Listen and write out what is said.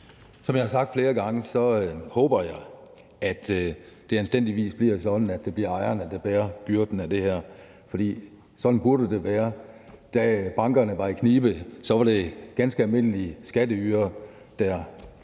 Som jeg har sagt flere gange, håber jeg, at det anstændigvis bliver sådan, at det bliver ejerne, der bærer byrden af det her, for sådan burde det være. Da bankerne var i knibe, var det ganske almindelige skatteydere, der